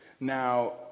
Now